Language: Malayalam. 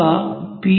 ഇവ പി